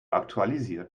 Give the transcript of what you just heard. aktualisiert